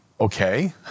Okay